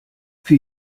für